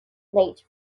late